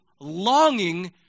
longing